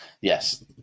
yes